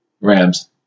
Rams